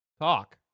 Talk